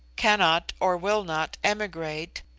cannot or will not emigrate,